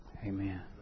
Amen